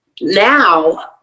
now